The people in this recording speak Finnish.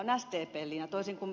toisin kuin ed